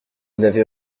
n’avait